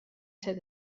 ser